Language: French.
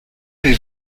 avez